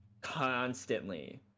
constantly